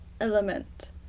element